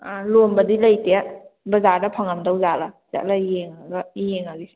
ꯂꯣꯝꯕꯗꯤ ꯂꯩꯇꯦ ꯕꯖꯥꯔꯗ ꯐꯪꯉꯝꯗꯧꯖꯥꯠꯂꯥ ꯆꯠꯂ ꯌꯦꯡꯉꯒ ꯌꯦꯡꯉꯒꯦ